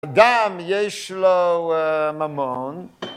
‫דם יש לו ממון.